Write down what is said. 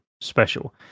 special